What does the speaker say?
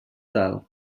tal